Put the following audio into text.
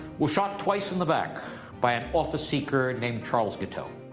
was shot twice in the back by an office seeker named charles guiteau.